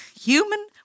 Human